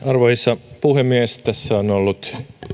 arvoisa puhemies tässä on ollut